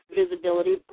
visibility